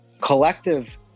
collective